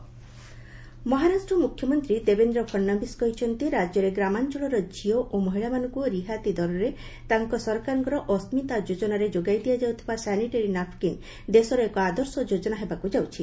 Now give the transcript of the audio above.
ରିଭ୍ ଫଡ୍ନାବିସ୍ ମହାରାଷ୍ଟ୍ର ମୁଖ୍ୟମନ୍ତ୍ରୀ ଦେବେନ୍ଦ୍ର ଫଡନାବିସ୍ କହିଛନ୍ତି ରାଜ୍ୟରେ ଗ୍ରାମାଞ୍ଚଳର ଝିଅ ଓ ମହିଳାମାନଙ୍କୁ ରିହାତି ଦରରେ ତାଙ୍କ ସରକାରଙ୍କ ଅସ୍କିତା ଯୋଜନାରେ ଯୋଗାଇ ଦିଆଯାଉଥିବା ସାନିଟାରୀ ନାପ୍କିନ୍ ଦେଶର ଏକ ଆଦର୍ଶ ଯୋଜନା ହେବାକୁ ଯାଉଛି